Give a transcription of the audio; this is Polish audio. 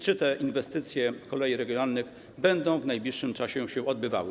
Czy te inwestycje w koleje regionalne będą w najbliższym czasie się odbywały?